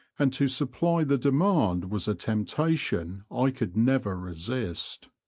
and to supply the demand was a temptation i could never resist.